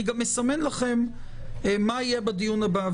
אני גם מסמן לכם מה יהיה בדיון הבא.